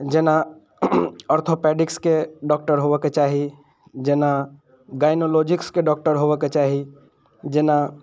जेना ऑर्थोपेडिक्सके डॉक्टर होबऽके चाही जेना गाइनोलॉजिक्सके डॉक्टर होबऽके चाही जेना